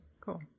Cool